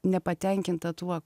nepatenkinta tuo